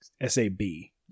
s-a-b